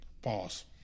Pause